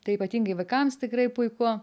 tai ypatingai vaikams tikrai puiku